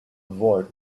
avoid